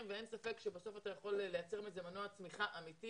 ואין ספק שבסוף אתה יכול לייצר מזה מנוע צמיחה אמיתי